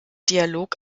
dialog